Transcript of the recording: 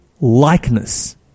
likeness